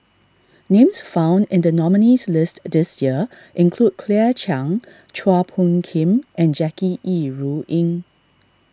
names found in the nominees' list this year include Claire Chiang Chua Phung Kim and Jackie Yi Ru Ying